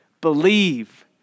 believe